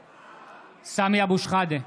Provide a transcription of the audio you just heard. סמי אבו שחאדה,